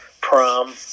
prom